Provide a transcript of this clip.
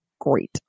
great